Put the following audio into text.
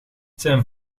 zijn